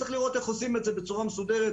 צריך לראות איך עושים את זה בצורה מסודרת,